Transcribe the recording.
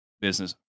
Business